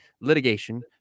Litigation